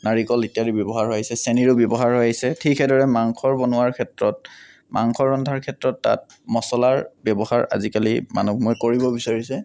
নাৰিকল ইত্যাদি ব্যৱহাৰ হৈ আহিছে চেনিৰো ব্যৱহাৰ হৈ আহিছে ঠিক সেইদৰে মাংসৰ বনোৱাৰ ক্ষেত্ৰত মাংস ৰন্ধাৰ ক্ষেত্ৰত তাত মছলাৰ ব্যৱহাৰ আজিকালি মানুহ সমূহে কৰিব বিচাৰিছে